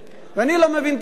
ואני לא מבין את הממשלה.